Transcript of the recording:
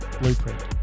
blueprint